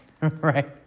right